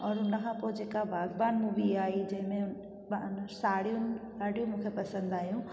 और उन खां पोइ जेका बाग़बान मूवी आई जंहिंमें साड़ियूं ॾाढियूं मूंखे पसंदि आहियूं